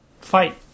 fight